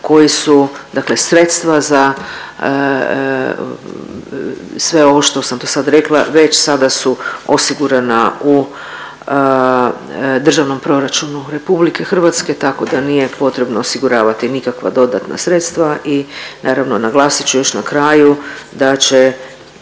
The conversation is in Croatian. koji su dakle sredstva za sve ovo što sam do sad rekla. Već sada su osigurana u državnom proračunu RH tako da nije potrebno osiguravati nikakva dodatna sredstva i naravno naglasit ću još na kraju da će